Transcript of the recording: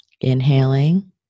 Inhaling